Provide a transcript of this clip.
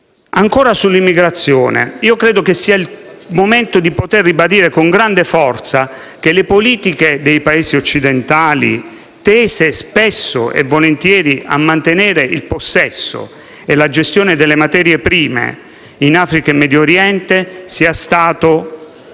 ancora, l'immigrazione, credo sia il momento di ribadire con grande forza che le politiche dei Paesi occidentali, tese spesso e volentieri a mantenere il possesso e la gestione delle materie prime in Africa e in Medio Oriente, siano state